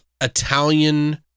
italian